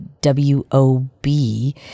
W-O-B